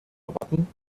erwarten